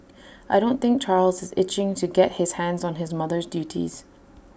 I don't think Charles is itching to get his hands on his mother's duties